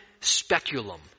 speculum